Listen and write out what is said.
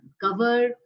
cover